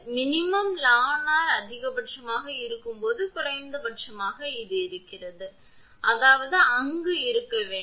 Minimum ln 𝑅 அதிகபட்சமாக இருக்கும்போது குறைந்தபட்சமாக இருக்கும் அதாவது அங்கு இருக்க வேண்டும்